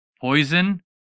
Poison